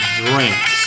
drinks